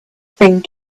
thing